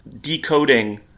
decoding